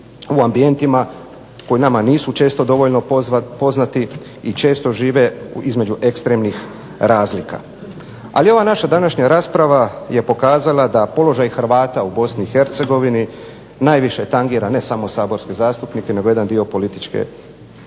u ambijentima koji nama nisu često dovoljno poznati i često žive između ekstremnih razlika. Ali ova naša današnja rasprava je pokazala da položaj Hrvata u BiH najviše tangira ne samo saborske zastupnike nego jedan dio političke javnosti.